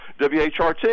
WHRT